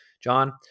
John